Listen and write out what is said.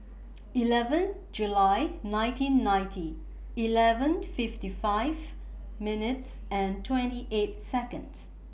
eleven July nineteen ninety eleven fifty five minutes and twenty eight Seconds